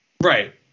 Right